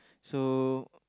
so